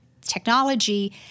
technology